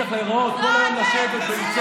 אינו נוכח נפתלי בנט,